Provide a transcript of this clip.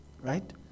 Right